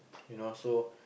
and also